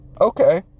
okay